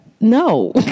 no